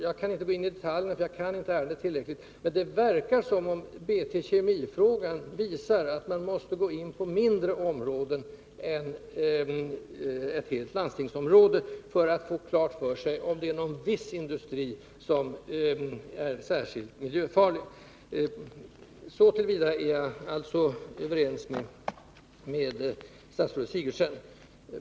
Jag kan inte gå in på det i detalj — jag kan inte ärendet tillräckligt väl för det — men det verkar som om BT Kemi-fallet visar att man måste ha mindre områden än ett helt landstingsområde som bas för att det skall framgå om någon viss industri är särskilt miljöfarlig. Så till vida är jag alltså överens med statsrådet Sigurdsen.